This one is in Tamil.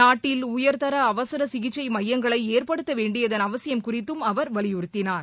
நாட்டில் உயர்தர அவசர சிகிச்சை மையங்களை ஏற்படுத்தவேண்டியதன் அவசியம் குறித்தும் அவர் வலியுறுத்தினார்